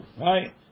Right